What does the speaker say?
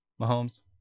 Mahomes